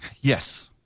Yes